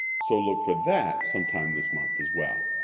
so look for that sometime this month as well!